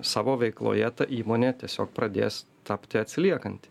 savo veikloje ta įmonė tiesiog pradės tapti atsiliekanti